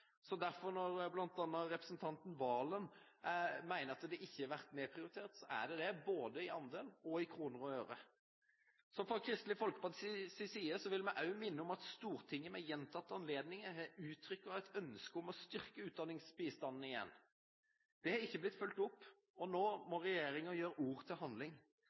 og i kroner og ører. Fra Kristelig Folkepartis side vil vi også minne om at Stortinget ved gjentatte anledninger har uttrykt et ønske om å styrke utdanningsbistanden igjen. Det har ikke blitt fulgt opp, og nå må regjeringen gjøre ord til handling.